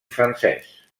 francès